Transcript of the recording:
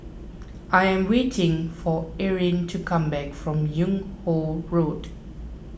I am waiting for Erin to come back from Yung Ho Road